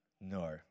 No